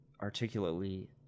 articulately